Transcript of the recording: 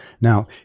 Now